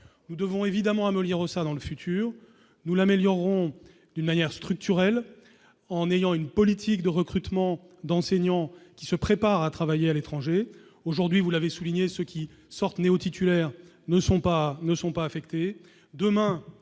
nous devons évidemment à Moliro ça dans le futur nous l'améliorons d'une manière structurelle en ayant une politique de recrutement d'enseignants qui se prépare à travailler à l'étranger, aujourd'hui, vous l'avez souligné ce qui sortent néo-titulaires ne sont pas ne